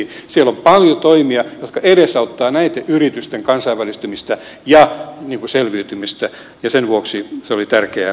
siellä on paljon toimia jotka edesauttavat näitten yritysten kansainvälistymistä ja selviytymistä ja sen vuoksi se oli tärkeä toimenpide